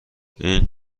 این